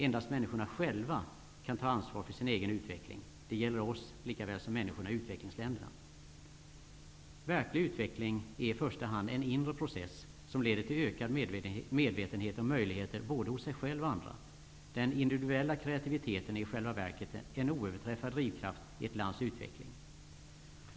Endast människorna själva kan ta ansvar för sin egen utveckling. Det gäller för oss likaväl som för människorna i utvecklingsländerna. Verklig utveckling är i första hand en inre process som leder till ökad medvetenhet om möjligheter hos både oss själva och andra. Den individuella kreativiteten är i själva verket en oöverträffad drivkraft i ett lands utveckling.